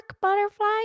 butterfly